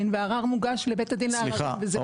וערער מוגש לבית הדין לערערים וזה --- סליחה,